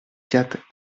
quatre